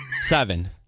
Seven